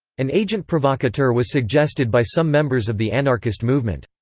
an agent provocateur was suggested by some members of the anarchist movement.